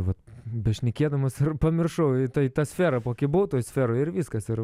vat bešnekėdamas ir pamiršau tai ta sfera kokioj buvau toj sferoj ir viskas ir